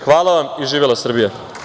Hvala vam i živela Srbija!